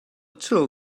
chill